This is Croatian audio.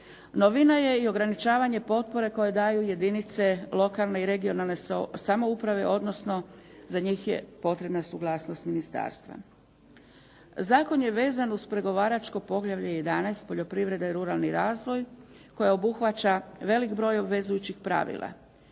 Novina je i ograničavanje potpore koju daju jedinice lokalne i regionalne samouprave odnosno za njih je potrebna suglasnost ministarstva. Zakon je vezan uz pregovaračko poglavlje 11. Poljoprivreda i ruralni razvoj koja obuhvaća velik broj obvezujućih pravila.